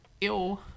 Ew